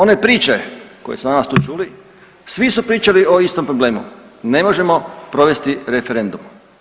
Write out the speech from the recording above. One priče koje smo danas tu čuli, svi su pričali o istom problemu, ne možemo provesti referendum.